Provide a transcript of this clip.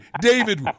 David